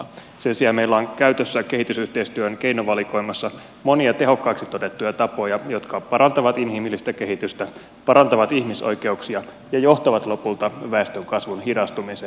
sen sijaan meillä on käytössä kehitysyhteistyön keinovalikoimassa monia tehokkaiksi todettuja tapoja jotka parantavat inhimillistä kehitystä parantavat ihmisoikeuksia ja johtavat lopulta väestönkasvun hidastumiseen